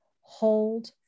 hold